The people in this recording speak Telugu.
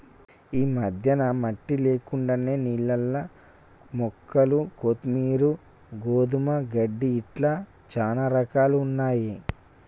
ఈ మధ్యన మట్టి లేకుండానే నీళ్లల్ల మొక్కలు కొత్తిమీరు, గోధుమ గడ్డి ఇట్లా చానా రకాలున్నయ్యి